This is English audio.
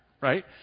right